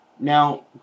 Now